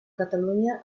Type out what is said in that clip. catalunya